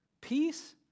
Peace